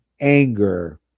anger